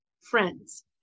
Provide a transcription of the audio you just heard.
friends